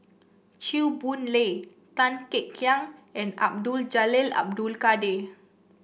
Chew Boon Lay Tan Kek Hiang and Abdul Jalil Abdul Kadir